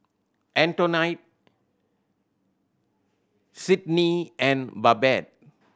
Antonette Sydnie and Babette